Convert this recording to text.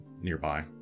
nearby